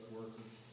workers